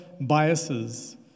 biases